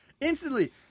instantly